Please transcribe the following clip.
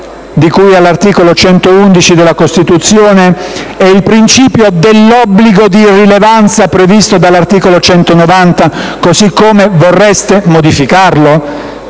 di cui all'articolo 111 della Costituzione e il principio dell'obbligo di irrilevanza previsto dall'articolo 190 così come vorreste modificarlo?